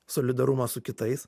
solidarumą su kitais